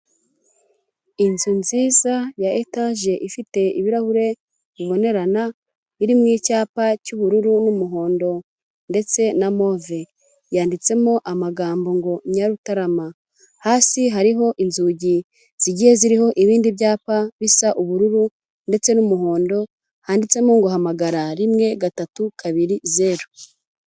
Inzu nziza ya etaje ifite ibirahure bibonerana, birimo icyapa cy'ubururu n'umuhondo ndetse na move. Yanditsemo amagambo ngo Nyarutarama. Hasi hariho inzugi zigiye ziriho ibindi byapa bisa ubururu ndetse n'umuhondo, handitsemo ngo hamagara rimwe, gatatu, kabiri, zeru.